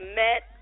met